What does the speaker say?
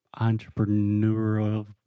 entrepreneurial